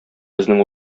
безнең